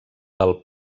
del